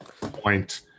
point